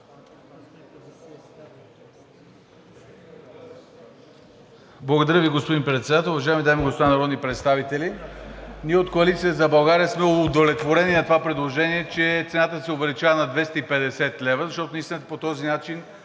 Благодаря Ви, господин Председател. Уважаеми дами и господа народни представители! Ние от Коалиция за България сме удовлетворени от това предложение, че цената се увеличава на 250 лв., защото наистина по този начин